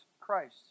Christ